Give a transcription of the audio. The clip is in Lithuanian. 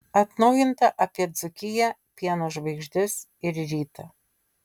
atnaujinta apie dzūkiją pieno žvaigždes ir rytą